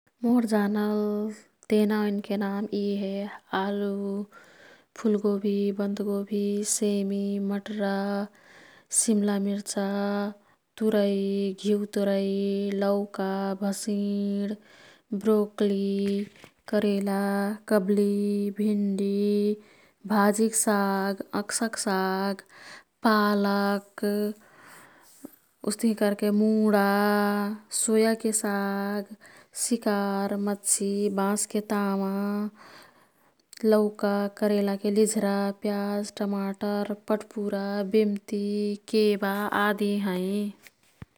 मोर् जानल तेना ओईन्के नाम यी हे। आलु, फुलगोभी, बन्द्गोभी, सेमी, मटरा, सिम्लामिर्चा, तुरै, घिउतुरै, लौका, भंसिड, ब्रोकली, करेला, कब्ली, भिंडी, भाजिकसाग, अंक्साक्साग, पालक, उस्तिही कर्के मुंडा, सोया के साग, सिकार, मच्छी, बाँस के तँवा, लौका, करेला के लिझरा, टमाटर, पट्पुरा, बिम्ती, केबा आदि हैं।